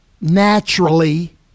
naturally